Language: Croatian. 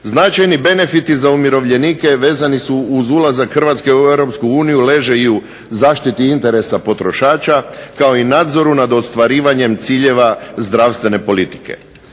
Značajni benefiti za umirovljenike vezani su uz ulazak Hrvatske u Europsku uniju. Leže i u zaštiti interesa potrošača kao i nadzoru nad ostvarivanjem ciljeva zdravstvene politike.